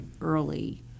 early